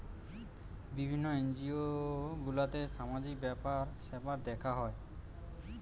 বিভিন্ন এনজিও গুলাতে সামাজিক ব্যাপার স্যাপার দেখা হয়